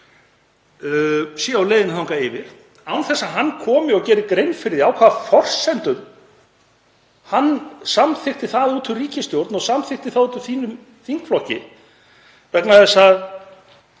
sé á leiðinni þangað yfir án þess að hann komi og geri grein fyrir því á hvaða forsendum hann samþykkti það út úr ríkisstjórn og út úr sínum þingflokki. Hann hefur